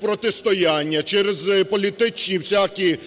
протистояння, через політичні всякі